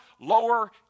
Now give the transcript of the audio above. lower